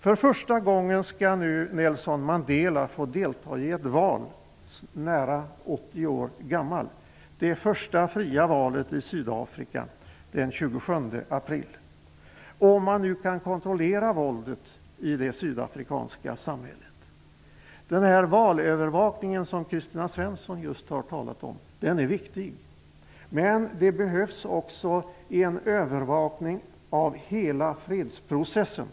För första gången skall nu Nelson Mandela, nära 80 år gammal, få delta i ett val. Det blir, om man nu kan kontrollera våldet i det sydafrikanska samhället, det första fria valet i Sydafrika, den 27 april. Den valövervakning som Kristina Svensson just har talat om är viktig, men det behövs också en övervakning av hela fredsprocessen.